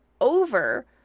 over